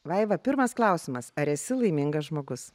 vaiva pirmas klausimas ar esi laimingas žmogus